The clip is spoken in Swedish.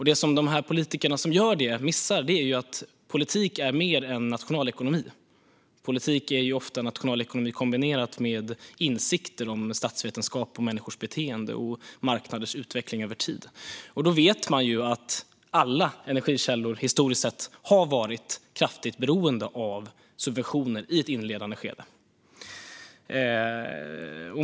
Det som dessa politiker missar är att politik är mer än nationalekonomi. Politik är ofta nationalekonomi kombinerat med insikten om statsvetenskap och människors beteende och marknaders utveckling över tid. Då vet man att alla energikällor historiskt sett har varit kraftigt beroende av subventioner i ett inledande skede.